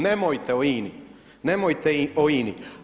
Nemojte o INA-i, nemojte o INA-i.